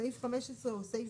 סעיף 15 הוא סעיף